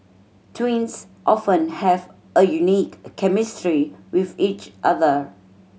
twins often have a unique chemistry with each other